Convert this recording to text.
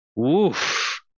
Oof